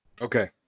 okay